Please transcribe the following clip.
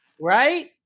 right